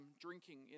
drinking